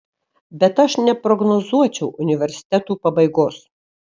bet aš neprognozuočiau universitetų pabaigos